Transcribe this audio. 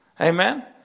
Amen